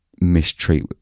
mistreat